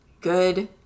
good